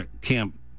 camp